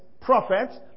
prophets